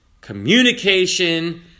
communication